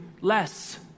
less